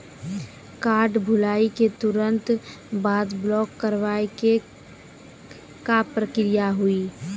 Card भुलाए के तुरंत बाद ब्लॉक करवाए के का प्रक्रिया हुई?